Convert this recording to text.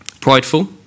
Prideful